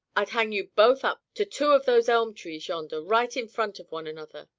i'd hang you both up to two of those elm-trees yonder, right in front of one another.